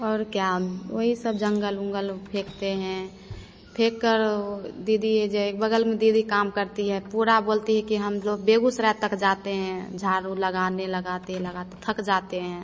और क्या वही सब जंगल उँगल में फेंकते हैं फेंककर दीदी है जो एक बगल में दीदी काम करती है पूरा बोलती है कि हमलोग बेगूसराय तक जाते हैं झाड़ू लगाने लगाते लगाते थक जाते हैं